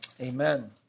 Amen